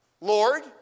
Lord